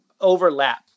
overlap